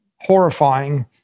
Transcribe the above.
horrifying